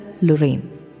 Lorraine